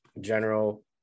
general